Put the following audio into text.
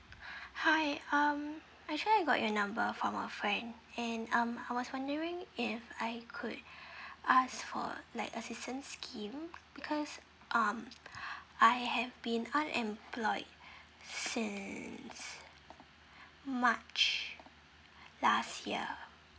hi um actually I got your number from a friend and um I was wondering if I could ask for like assistance scheme because um I have been unemployed since march last year